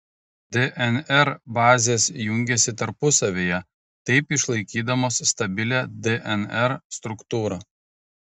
dnr bazės jungiasi tarpusavyje taip išlaikydamos stabilią dnr struktūrą